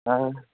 ਹਾਂ